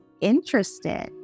interested